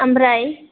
आमफ्राय